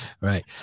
Right